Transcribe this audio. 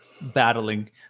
battling